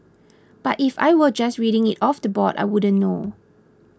but if I were just reading it off the board I wouldn't know